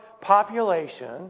population